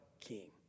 King